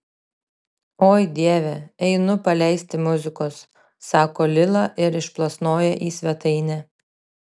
oi dieve einu paleisti muzikos sako lila ir išplasnoja į svetainę